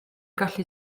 gallu